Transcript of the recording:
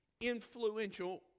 influential